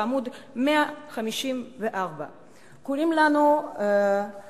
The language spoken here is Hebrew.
בעמוד 154. קוראים לנו ניאו-נאצים.